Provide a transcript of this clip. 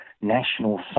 National